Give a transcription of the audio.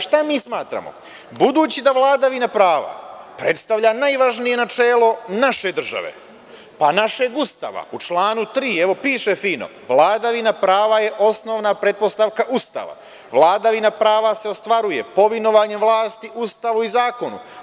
Šta mi smatramo budući da vladavina prava predstavlja i načelo naše države, pa našeg Ustavu u članu 3. piše fino – vladavina prava je osnovan pretpostavka Ustava, vladavina prava se ostvaruje povinovanjem vlasti Ustavu i zakonu.